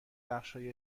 بخشهای